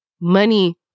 money